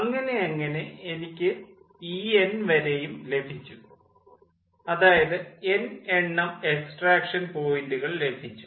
അങ്ങനെ അങ്ങനെ എനിക്ക് ഇ എൻ വരെയും ലഭിച്ചു അതായത് എൻ എണ്ണം എക്സ്ട്രാക്ഷൻ പോയിൻ്റുകൾ ലഭിച്ചു